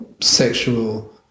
sexual